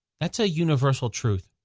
that's a universal truth,